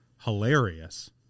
hilarious